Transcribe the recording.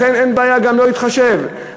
לכן, אין לו בעיה לא להתחשב באחרים.